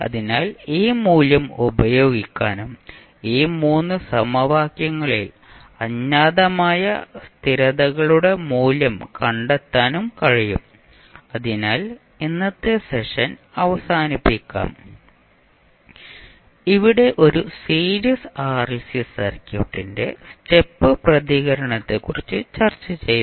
അതിനാൽ ഈ മൂല്യം ഉപയോഗിക്കാനും ഈ മൂന്ന് സമവാക്യങ്ങളിൽ അജ്ഞാതമായ സ്ഥിരതകളുടെ മൂല്യം കണ്ടെത്താനും കഴിയും അതിനാൽ ഇന്നത്തെ സെഷൻ അവസാനിപ്പിക്കാം ഇവിടെ ഒരു സീരീസ് ആർഎൽസി സർക്യൂട്ടിന്റെ സ്റ്റെപ് പ്രതികരണത്തെക്കുറിച്ച് ചർച്ചചെയ്തു